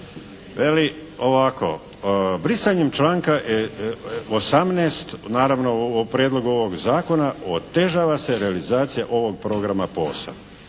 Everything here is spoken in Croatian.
Veli ovako. Brisanjem članka 18., naravno u Prijedlogu ovog Zakona otežava se realizacija ovog programa POS-a.